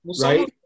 Right